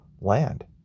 land